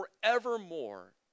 forevermore